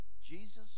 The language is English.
Jesus